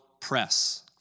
press